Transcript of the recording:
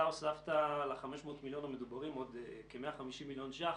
אתה הוספת ל-500 מיליון המדוברים עוד כ-150 מיליון שקלים,